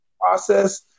process